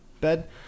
bed